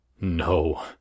No